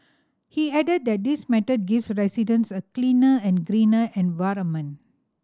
he added that this method gives residents a cleaner and greener environment